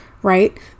right